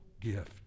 gift